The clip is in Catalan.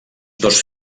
dos